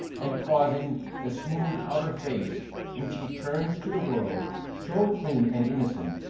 and causing the smooth outer face which it turns to the world, so clean and innocent,